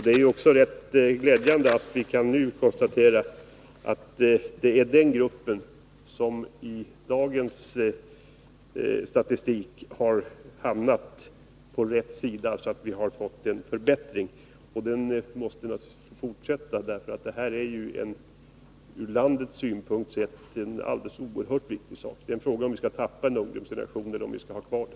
Det är också glädjande att nu kunna konstatera att just den gruppen har så att säga hamnat på rätt sida i statistiken. Situationen för dem har alltså förbättrats, och den utvecklingen måste fortsätta. Detta är nämligen en ur landets synpunkt oerhört viktig sak. Det är en fråga om vi skall ”tappa” en ungdomsgeneration eller ej.